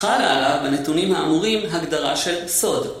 חל הלאה בנתונים האמורים הגדרה של סוד.